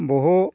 বহু